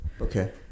Okay